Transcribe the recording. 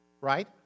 right